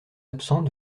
absent